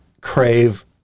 crave